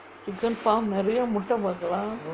chicken farm நெறைய முட்டே பாக்கலாம்:neraiya muttae paakkalaam